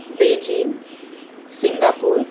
Beijing Singapore